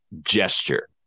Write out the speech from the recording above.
gesture